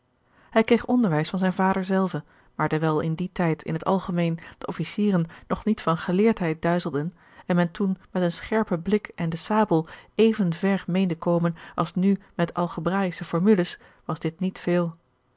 hij kreeg onderwijs van zijn vader zelven maar dewijl in dien tijd in het algemeen de officieren nog niet van geleerdheid duizelden en men toen met een scherpen blik en de sabel even ver meende komen als nu met algrebraïsche formules was dit niet veel